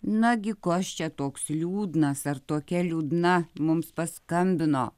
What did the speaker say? nagi kas čia toks liūdnas ar tokia liūdna mums paskambino